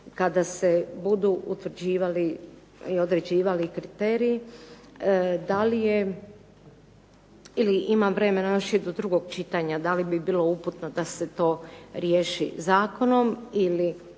kada se budu utvrđivali i određivali kriteriji da li je ili ima vremena još i do drugog čitanja, da li bi bilo uputno da se to riješi zakonom ili